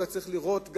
וצריך לראות,